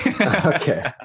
okay